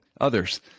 others